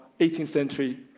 18th-century